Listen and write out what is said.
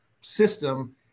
system